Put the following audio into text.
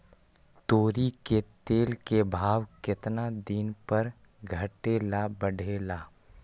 तोरी के तेल के भाव केतना दिन पर घटे ला बढ़े ला?